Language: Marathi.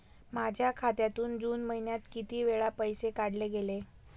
माझ्या खात्यातून जून महिन्यात किती वेळा पैसे काढले गेले?